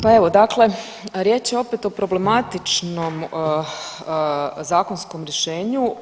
Pa evo dakle, riječ je opet o problematičnom zakonskom rješenju.